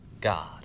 God